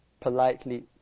politely